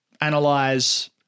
analyze